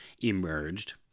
emerged